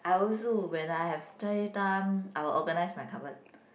I also when I have spare time I will organize my cupboard